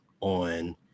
on